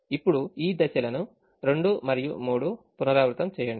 ఇప్పుడు ఈ దశలను 2 మరియు 3 పునరావృతం చేయండి